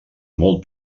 molt